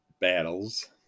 battles